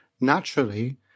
naturally